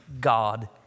God